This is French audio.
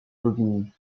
bobigny